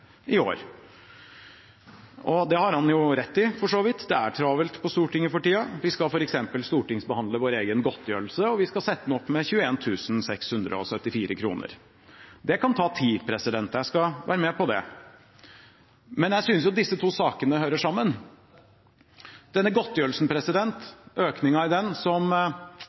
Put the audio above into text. år. Det har han for så vidt rett i, det er travelt på Stortinget for tiden. Vi skal f.eks. stortingsbehandle vår egen godtgjørelse, og vi skal sette den opp med 21 674 kr. Det kan ta tid, jeg skal være med på det. Men jeg synes jo disse to sakene hører sammen. Økningen av godtgjørelsen, som trer i kraft 1. mai, er ikke det eneste som